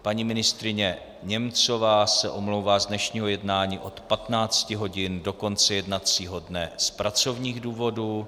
Paní ministryně Němcová se omlouvá z dnešního jednání od 15 hodin do konce jednacího dne z pracovních důvodů.